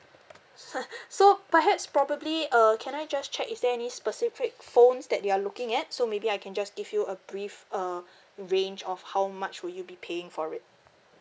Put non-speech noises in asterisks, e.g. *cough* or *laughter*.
*laughs* so perhaps probably uh can I just check is there any specific phones that you are looking at so maybe I can just give you a brief uh range of how much would you be paying for it